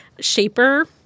shaper